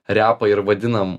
repą ir vadinam